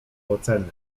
oceny